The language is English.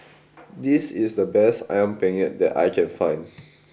this is the best Ayam Penyet that I can find